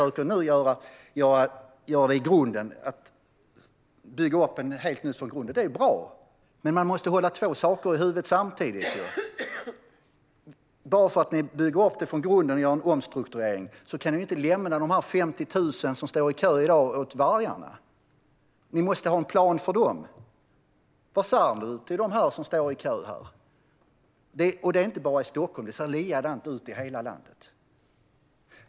Att ni nu försöker bygga upp något helt nytt från grunden är bra. Men man måste hålla två saker i huvudet samtidigt. Bara för att ni bygger upp det från grunden och gör en omstrukturering kan ni inte lämna de 50 000 som står i kö i dag åt vargarna. Ni måste ha en plan för dem. Vad säger du till dem som står i kö? Och det är inte bara i Stockholm. Det ser likadant ut i hela landet.